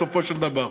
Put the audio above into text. בסופו של דבר.